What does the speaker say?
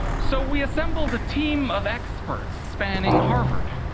so we assembled a team of experts, spanning harvard,